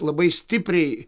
labai stipriai